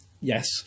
Yes